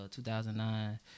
2009